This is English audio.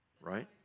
right